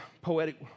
poetic